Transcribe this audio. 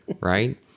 Right